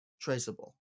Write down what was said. traceable